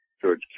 George